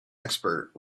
expert